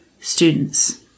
students